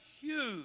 huge